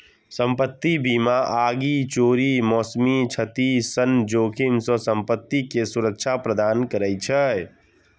संपत्ति बीमा आगि, चोरी, मौसमी क्षति सन जोखिम सं संपत्ति कें सुरक्षा प्रदान करै छै